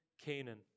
Canaan